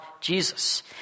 Jesus